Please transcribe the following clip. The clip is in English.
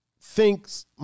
thinks